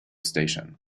station